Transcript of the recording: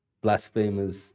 blasphemers